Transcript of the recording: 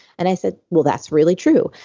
and i said, well, that's really true.